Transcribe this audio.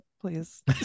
please